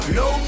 no